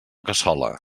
cassola